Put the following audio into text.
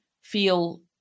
feel